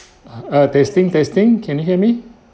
uh uh testing testing can you hear me